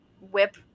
whip